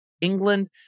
England